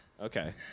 Okay